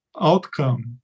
outcome